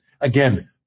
Again